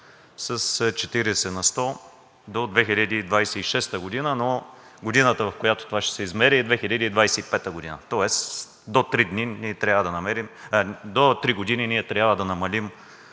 с 40 на сто до 2026 г., но годината, в която това ще се измери, е 2025-а. Тоест до три години ние трябва да намалим